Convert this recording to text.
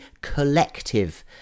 Collective